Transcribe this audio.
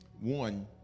One